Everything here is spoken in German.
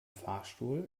fahrstuhl